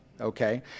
Okay